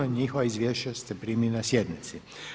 Njihova izvješća ste primili na sjednici.